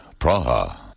Praha